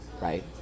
right